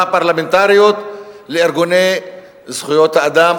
הפרלמנטריות לארגוני זכויות האדם,